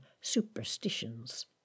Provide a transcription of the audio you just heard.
superstitions